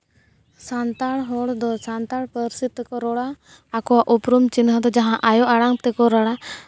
ᱥᱟᱱᱛᱟᱲ ᱦᱚᱲ ᱫᱚ ᱥᱟᱱᱛᱟᱲ ᱯᱟᱹᱨᱥᱤ ᱛᱮᱠᱚ ᱨᱚᱲᱟ ᱟᱠᱚᱣᱟ ᱩᱯᱨᱩᱢ ᱪᱤᱱᱦᱟᱹ ᱫᱚ ᱡᱟᱦᱟᱸ ᱟᱭᱳ ᱟᱲᱟᱝ ᱛᱮᱠᱚ ᱨᱚᱲᱟ